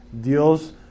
Dios